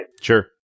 Sure